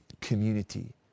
community